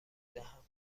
دهم